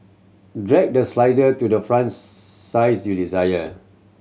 drag the slider to the font size you desire